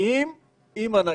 חיים עם הנגיף.